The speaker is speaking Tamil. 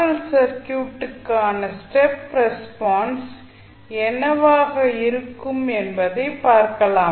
எல் சர்க்யூட்டுக்கான ஸ்டேப் ரெஸ்பான்ஸ் என்னவாக இருக்கும் என்பதைப் பார்க்கலாம்